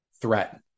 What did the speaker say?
threat